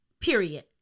period